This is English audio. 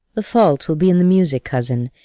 the fault will be in the music, cousin,